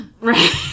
Right